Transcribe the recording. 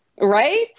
Right